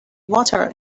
water